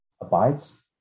abides